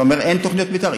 אתה אומר: אין תוכניות מתאר?